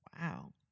Wow